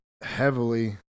heavily